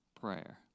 prayer